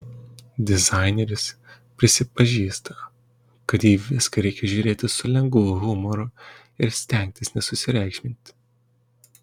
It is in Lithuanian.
dizaineris prisipažįsta kad į viską reikia žiūrėti su lengvu humoru ir stengtis nesusireikšminti